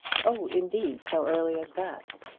oh, indeed so early as that.